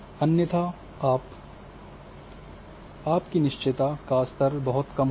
अन्यथा आपकी निश्चयता का स्तर बहुत कम होगा